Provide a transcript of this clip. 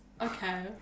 okay